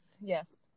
yes